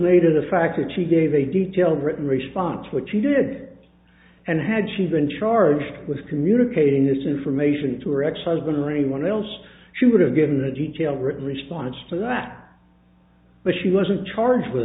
of the fact that she gave a detailed written response which she did and had she been charged with communicating this information to her ex husband or anyone else she would have given a detail written response to that but she wasn't charged with